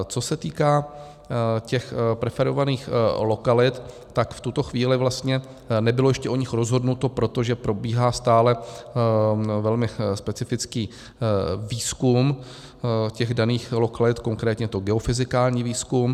Co se týká těch preferovaných lokalit, tak v tuto chvíli vlastně nebylo ještě o nich rozhodnuto, protože probíhá stále velmi specifický výzkum těch daných lokalit, konkrétně je to geofyzikální výzkum.